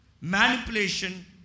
manipulation